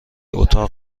اتاق